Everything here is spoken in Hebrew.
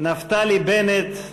נפתלי בנט.